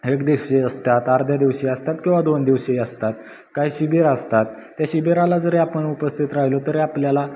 एकदिवशीय असतात अर्ध्या दिवशीय असतात किंवा दोन दिवशीय असतात काय शिबिरं असतात त्या शिबिराला जरी आपण उपस्थित राहिलो तरी आपल्याला